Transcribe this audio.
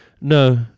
no